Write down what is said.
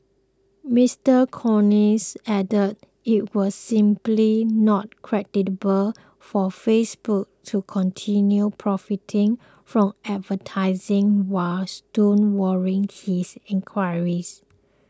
Mister Collins added it was simply not credible for Facebook to continue profiting from advertising while stonewalling his inquiries